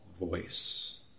voice